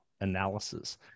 analysis